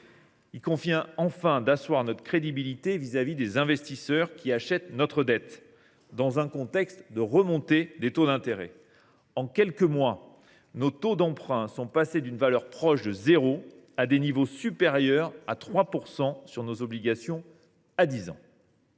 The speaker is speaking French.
Il convient, enfin, d’asseoir notre crédibilité vis à vis des investisseurs qui achètent notre dette, dans un contexte de remontée des taux d’intérêt. En quelques mois, nos taux d’emprunt sont passés d’une valeur proche de zéro à des niveaux supérieurs à 3 % sur nos obligations à dix ans.